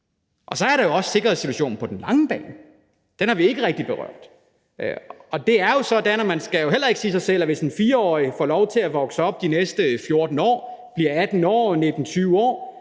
Og så er der jo også sikkerhedssituationen på den lange bane, men den har vi ikke rigtig berørt. Og det er jo sådan, som man er nødt til at sige til sig selv, at hvis en 4-årig får lov til at vokse op dernede de næste 14 år, bliver 18, 19, 20 år